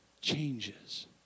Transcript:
changes